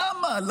למה?